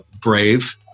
brave